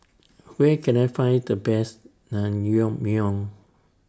Where Can I Find The Best Naengmyeon